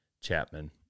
chapman